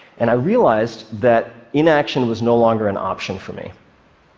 and i realized that inaction was no longer an option for me.